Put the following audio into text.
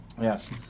Yes